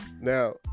now